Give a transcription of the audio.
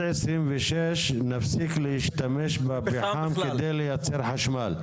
2026 נפסיק להשתמש בפחם כדי לייצר חשמל.